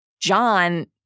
John